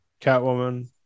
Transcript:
catwoman